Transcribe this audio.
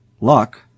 Luck